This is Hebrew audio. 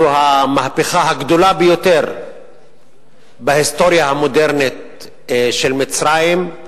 זו המהפכה הגדולה ביותר בהיסטוריה המודרנית של מצרים.